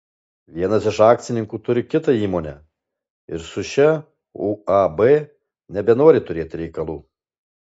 vienas iš akcininkų turi kitą įmonę ir su šia uab nebenori turėti reikalų